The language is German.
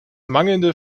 mangelnde